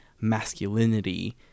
masculinity